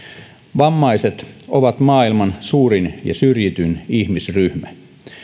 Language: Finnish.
vammaiset ovat maailman suurin ja syrjityin ihmisryhmä